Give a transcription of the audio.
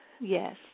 Yes